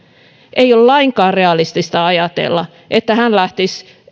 ei ole lainkaan realistista ajatella että hän lähtisi